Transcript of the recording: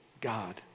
God